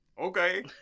Okay